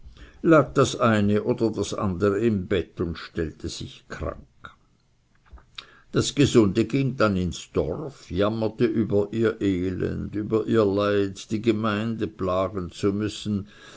lag das eine oder das andere im bett und stellte sich krank das gesunde ging dann hinüber ins dorf jammerte über ihr elend über ihr leid die gemeinde plagen zu müssen